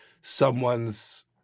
someone's